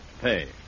pay